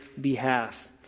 behalf